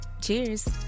Cheers